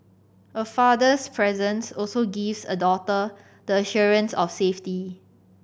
a father's presence also gives a daughter the assurance of safety